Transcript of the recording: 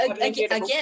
again